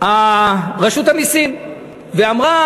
רשות המסים ואמרה: